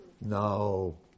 No